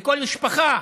לכל משפחה.